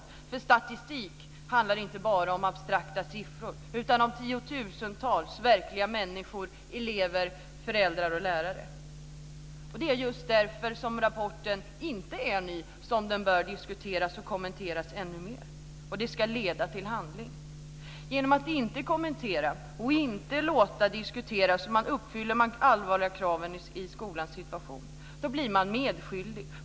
Statistik handlar inte bara om abstrakta siffror, utan det handlar om tiotusentals verkliga människor, elever, föräldrar och lärare. Det är just för att rapporten inte är ny som den bör diskuteras och kommenteras ännu mer, och detta ska leda till handling. Genom att rapporten inte blir kommenterad och diskuterad blir man medskyldig.